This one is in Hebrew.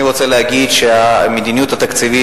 אני רוצה להגיד שהמדיניות התקציבית